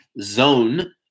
zone